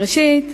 ראשית,